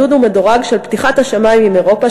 מדוד ומדורג של פתיחת השמים עם אירופה,